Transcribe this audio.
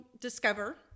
discover